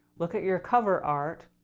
look at your cover art.